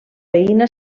veïna